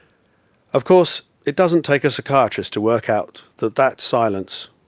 of course, it doesn't take a psychiatrist to work out that that silence,